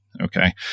Okay